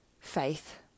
faith